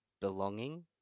belonging